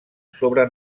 sobre